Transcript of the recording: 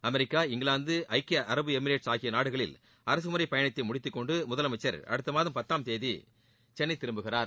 America England ஐக்கிய அரபு Emirates ஆகிய நாடுகளில் அரசுமுறைப் பயணத்தை முடித்துக் கொண்டு முதலமைச்சர் அடுத்த மாதம் பத்தாம் தேதி சென்னை திரும்புகிறார்